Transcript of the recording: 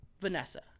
Vanessa